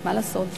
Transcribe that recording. מה לעשות,